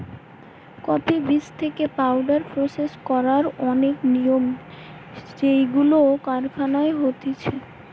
coffee বীজ থেকে powder process করার অনেক নিয়ম যেইগুলো কারখানায় হতিছে